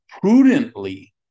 prudently